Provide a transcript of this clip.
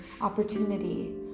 opportunity